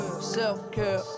Self-care